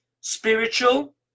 spiritual